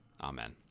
Amen